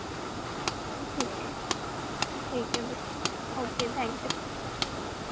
ठीक है ठीक है भैया ओके थैंक यू